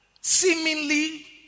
seemingly